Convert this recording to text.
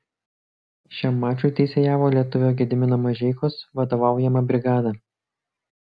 šiam mačui teisėjavo lietuvio gedimino mažeikos vadovaujama brigada